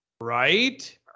right